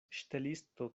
ŝtelisto